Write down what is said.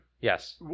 Yes